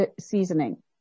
seasoning